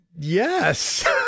Yes